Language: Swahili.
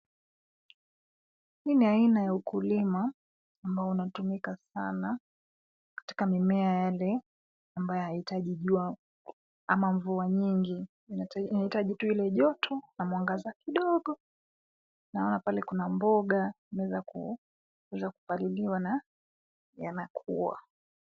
Hii ni aina ya ukulima ambao unatumika sana katika mimea yale ambayo haihitaji jua ama mvua nyingi. Inahitaji tu ile joto na mwangaza kidogo. Naona pale kuna mboga inaweza kupaliliwa na yanakua.